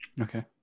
Okay